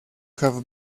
have